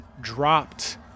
dropped